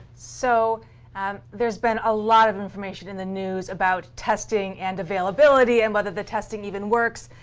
so there's been a lot of information in the news about testing and availability, and whether the testing even works.